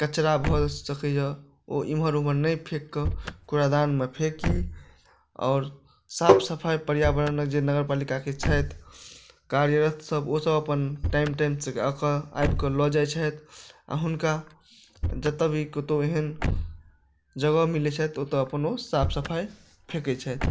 कचरा भऽ सकैए ओ एम्हर ओम्हर नहि फेककऽ कूड़ादानमे फेकी आओर साफ सफाइ पर्यावरणके जे नगरपालिकाके छथि कार्यरतसब ओसब अपन टाइम टाइमसँ आबिकऽ लऽ जाइ छथि आओर हुनका जतऽ भी कतहु एहन जगह मिलै छथि ओतऽ ओ अपन साफ सफाइ फेकै छथि